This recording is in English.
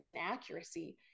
accuracy